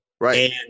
Right